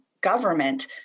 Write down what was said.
government